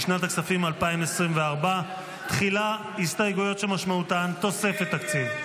לשנת הכספים 2024. תחילה ההסתייגויות שמשמעותן תוספת תקציב.